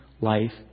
life